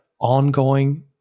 ongoing